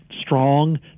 strong